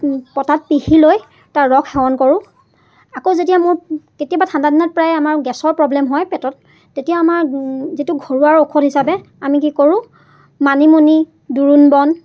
পটাত পিহি লৈ তাৰ ৰস সেৱন কৰোঁ আকৌ যেতিয়া মোৰ কেতিয়াবা ঠাণ্ডা দিনত প্ৰায় আমাৰ গেছৰ প্ৰব্লেম হয় পেটত তেতিয়া আমাৰ যিটো ঘৰুৱা ঔষধ হিচাপে আমি কি কৰোঁ মানিমুনি দোৰোণ বন